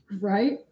right